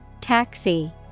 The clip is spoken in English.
taxi